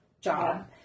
job